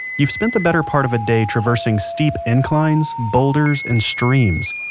you've spent the better part of a day traversing steep inclines, boulders and streams.